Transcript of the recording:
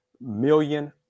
million